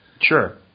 Sure